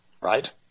right